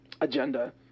agenda